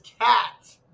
cat